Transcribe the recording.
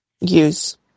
use